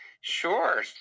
Sure